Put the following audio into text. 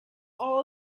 all